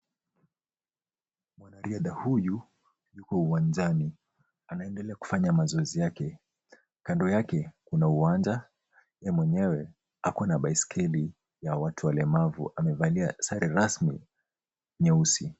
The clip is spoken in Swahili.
Mwanariadha huyu yuko uwanjani anaendelea kufanya mazoezi yake kando yake kuna uwanja yeye mwenyewe ako na baiskeli ya watu walemavu amevalia sare rasmi nyeusi.